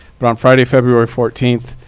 but on friday, february fourteenth,